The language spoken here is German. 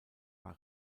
war